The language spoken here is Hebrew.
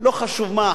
לא חשוב על מה,